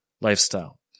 lifestyle